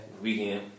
weekend